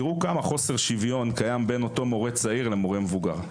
תראו כמה חוסר שוויון קיים בין מורה צעיר למורה מבוגר.